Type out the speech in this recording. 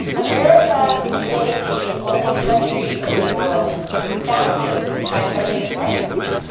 america may be the only country in the world founded by a bunch of writers.